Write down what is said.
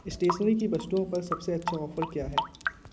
stationery की वस्तुओं पर सबसे अच्छा ऑफर क्या है